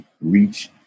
reach